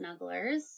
snugglers